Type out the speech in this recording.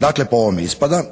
Dakle po ovom ispada